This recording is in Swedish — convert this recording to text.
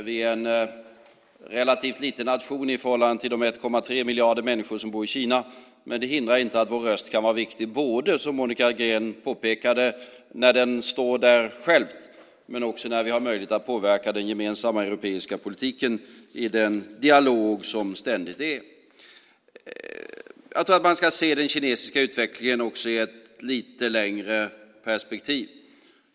Vi är en relativt liten nation i förhållande till de 1,3 miljarder människor som bor i Kina, men det hindrar inte att vår röst kan vara viktig, som Monica Green påpekade, både när landet står självt och när vi har möjlighet att påverka den gemensamma europeiska politiken i den dialog som ständigt pågår. Man ska se den kinesiska utvecklingen i ett lite längre perspektiv.